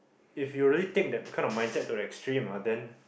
if you already take that kind of mindset to the extreme ah then